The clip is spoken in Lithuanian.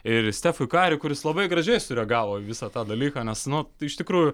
ir stefui kariui kuris labai gražiai sureagavo į visą tą dalyką nes nu iš tikrųjų